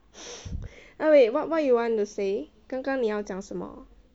oh wait what what you want to say 刚刚你要讲什么